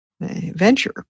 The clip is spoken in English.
venture